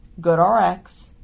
GoodRx